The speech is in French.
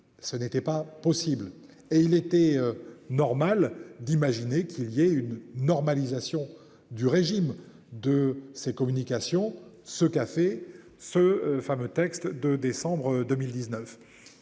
Ce n'était pas possible et il était normal d'imaginer qu'il y ait une normalisation du régime de ses communications ce café ce fameux texte de décembre 2019.